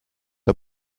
der